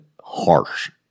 harsh